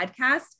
podcast